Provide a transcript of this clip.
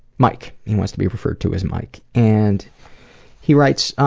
mike, he wants to be referred to as mike. and he writes,